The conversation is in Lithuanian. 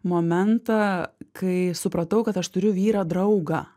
momentą kai supratau kad aš turiu vyrą draugą